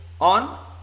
on